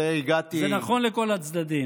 זה נכון לכל הצדדים.